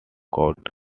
could